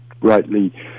rightly